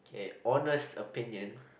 okay honest opinion